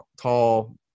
tall